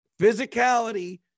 physicality